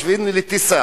משווים לטיסה.